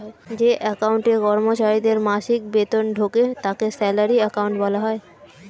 যে অ্যাকাউন্টে কর্মচারীদের মাসিক বেতন ঢোকে তাকে স্যালারি অ্যাকাউন্ট বলা হয়